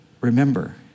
remember